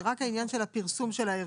זה רק העניין של הפרסום של הערך.